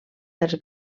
dels